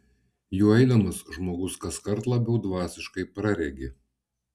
juo eidamas žmogus kaskart labiau dvasiškai praregi